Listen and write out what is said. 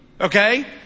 Okay